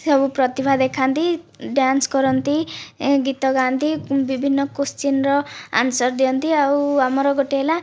ସବୁ ପ୍ରତିଭା ଦେଖାନ୍ତି ଡ୍ୟାନ୍ସ କରନ୍ତି ଗୀତ ଗାଆନ୍ତି ବିଭିନ୍ନ କ୍ୱୋଶ୍ଚିନ୍ର ଆନ୍ସର ଦିଅନ୍ତି ଆଉ ଆମର ଗୋଟିଏ ହେଲା